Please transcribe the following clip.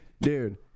Dude